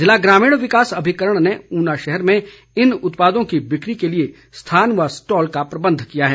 जिला ग्रामीण विकास अभिकरण ने ऊना शहर में इन उत्पादों की बिक्री के लिए स्थान व स्टॉल का प्रबंध किया है